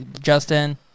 Justin